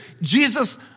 Jesus